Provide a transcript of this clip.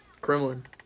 Kremlin